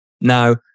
Now